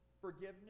forgiveness